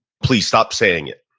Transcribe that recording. please stop saying it.